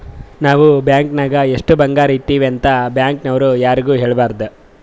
ನಾವ್ ಬ್ಯಾಂಕ್ ನಾಗ್ ಎಷ್ಟ ಬಂಗಾರ ಇಟ್ಟಿವಿ ಅಂತ್ ಬ್ಯಾಂಕ್ ನವ್ರು ಯಾರಿಗೂ ಹೇಳಬಾರ್ದು